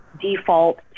default